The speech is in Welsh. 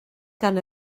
gan